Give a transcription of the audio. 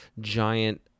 giant